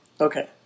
Okay